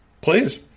Please